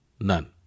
None